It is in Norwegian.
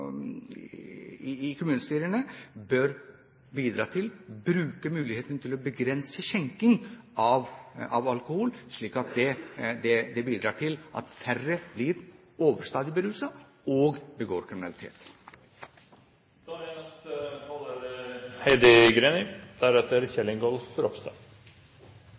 i kommunestyrene bidra til og bruke muligheten til å begrense skjenking av alkohol, og slik bidra til at færre blir overstadig beruset og begår